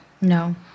No